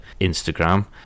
Instagram